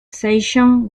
section